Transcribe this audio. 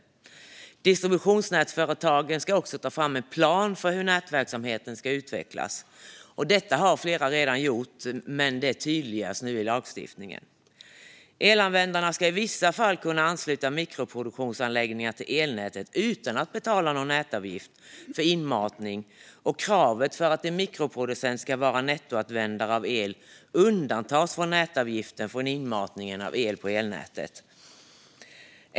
Distributionsnätsföretagen ska också ta fram en plan för hur nätverksamheten ska utvecklas. Detta har flera redan gjort, men det tydliggörs nu i lagstiftningen. Elanvändare ska i vissa fall kunna ansluta mikroproduktionsanläggningar till elnätet utan att betala någon nätavgift för inmatning, och kravet på att en mikroproducent ska vara nettoanvändare av el för att undantas från nätavgiften för inmatningen av el på elnätet tas bort.